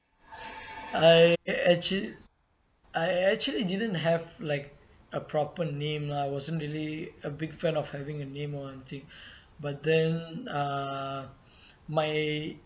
I actua~ I actually didn't have like a proper name lah I wasn't really a big fan of having a name or anything but then uh my